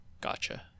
Gotcha